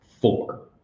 four